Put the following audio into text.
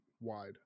wide